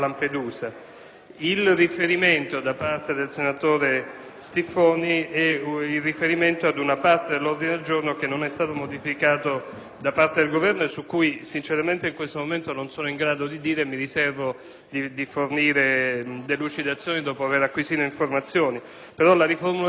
sanitario a Lampedusa. Il senatore Stiffoni si riferisce ad una parte dell'ordine del giorno che non è stata modificata dal Governo, su cui sinceramente in questo momento non sono in grado di rispondere e mi riservo di fornire delucidazioni dopo aver acquisito informazioni.